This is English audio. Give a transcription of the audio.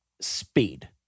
speed